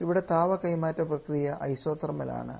ഇവിടെ താപ കൈമാറ്റം പ്രക്രിയ ഐസൊതെർമൽ ആണ്